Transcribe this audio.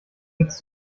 jetzt